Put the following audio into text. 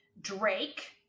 Drake